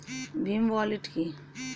Bhim wallet কি?